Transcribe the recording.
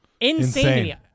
Insane